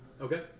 Okay